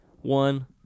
one